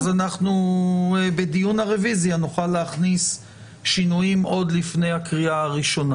אז אנחנו בדיון הרוויזיה נוכל להכניס שינויים עוד לפני הקריאה הראשונה.